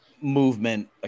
movement